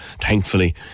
thankfully